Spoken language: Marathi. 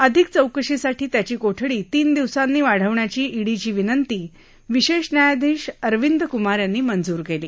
अधिक चौकशीसाठी त्याची कोठडी तीन दिवसांनी वाढवण्याची ईडीच विनंती विशेष न्यायाधीश अरविंद कुमार यांनी मंजूर केली